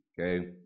okay